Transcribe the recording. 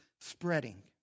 spreading